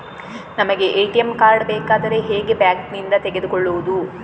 ನಮಗೆ ATM card ಬೇಕಾದ್ರೆ ಹೇಗೆ ಬ್ಯಾಂಕ್ ನಿಂದ ತೆಗೆದುಕೊಳ್ಳುವುದು?